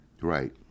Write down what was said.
right